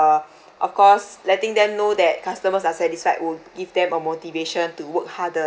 of course letting them know that customers are satisfied would give them a motivation to work harder lah